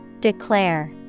Declare